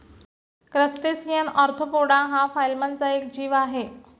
crustacean arthropoda हा फायलमचा एक जीव आहे